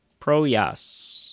Proyas